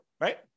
right